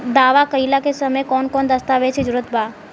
दावा कईला के समय कौन कौन दस्तावेज़ के जरूरत बा?